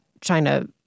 China